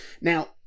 Now